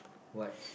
what's